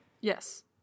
Yes